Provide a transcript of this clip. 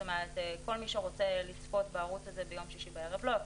זאת אומרת שכל מי שרוצה לצפות בערוץ הזה ביום שישי בערב לא יכול,